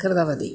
कृतवती